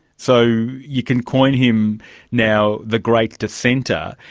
so, you can coin him now the great dissenter,